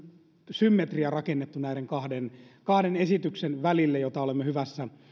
symmetria rakennettu näiden kahden kahden esityksen välille joita olemme hyvässä